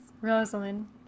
Rosalind